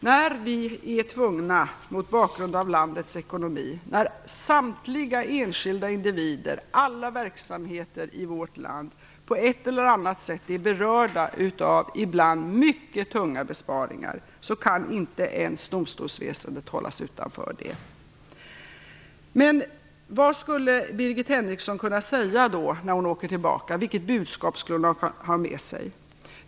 När nu samtliga enskilda individer och alla verksamheter i vårt land på ett eller annat sätt är berörda av ibland mycket tunga besparingar mot bakgrund av landets ekonomi kan inte ens domstolsväsendet hållas utanför besparingarna. Vilket budskap skulle Birgit Henriksson kunna ha med sig när hon åker tillbaka?